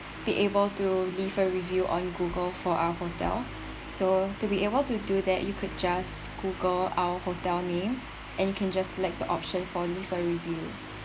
be able to leave a review on google for our hotel so to be able to do that you could just google our hotel name and you can just select the option for leave a review